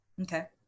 Okay